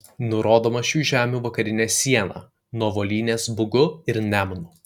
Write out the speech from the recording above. nurodoma šių žemių vakarinė siena nuo volynės bugu ir nemunu